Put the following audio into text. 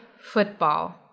football